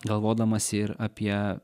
galvodamas ir apie